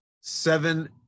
seven